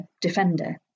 Defender